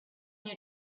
you